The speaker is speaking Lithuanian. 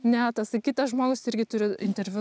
ne tasai kitas žmogus irgi turi interviu